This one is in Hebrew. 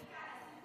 אני כאן.